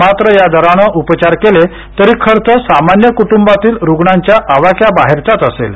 मात्र या दरानं उपचार केले तरी खर्च सामान्य क्ट्बातील रुग्णांच्या आवाक्या बाहेरचाच असेल